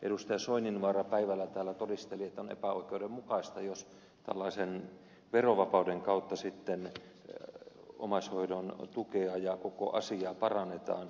edustaja soininvaara päivällä täällä todisteli että on epäoikeudenmukaista jos tällaisen verovapauden kautta sitten omaishoidon tukea ja koko asiaa parannetaan